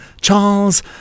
Charles